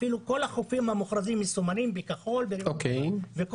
כל החופים המוכרזים מסומנים בכחול וכל